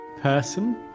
person